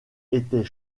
était